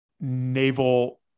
naval